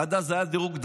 עד אז היה דירוג דרגה,